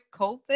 COVID